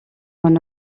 mon